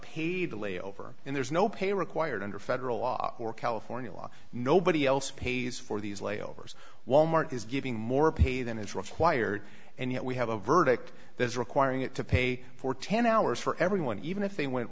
paid to lay over and there's no pay required under federal law or california law nobody else pays for these layovers wal mart is giving more pay than is required and yet we have a verdict there is requiring it to pay for ten hours for everyone even if they went